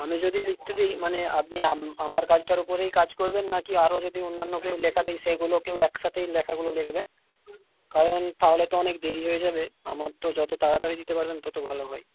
আমি যদি লিখতে দিই মানে আপনি আমার কাজটার ওপরেই কাজ করবেন না কি আরও যদি অন্যান্য কেউ লেখা দেয় সেইগুলোকেও একসাথেই লেখাগুলো লিখবেন কারণ তাহলে তো অনেক দেরি হয়ে যাবে আমার তো যত তাড়াতাড়ি দিতে পারবেন তত ভালো হয়